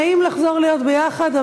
נעים לחזור להיות ביחד,